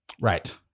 Right